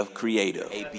creative